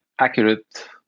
accurate